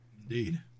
indeed